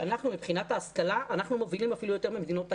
שאנחנו מבחינת ההשכלה מובילים אפילו יותר ממדינות ה-OECD,